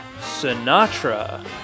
Sinatra